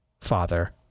Father